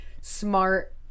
smart